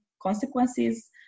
Consequences